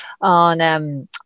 on